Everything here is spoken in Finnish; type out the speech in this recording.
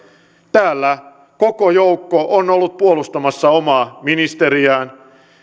täällä koko joukko on ollut puolustamassa omaa ministeriään